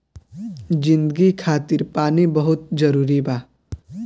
जिंदगी खातिर पानी बहुत जरूरी बा